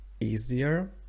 easier